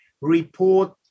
report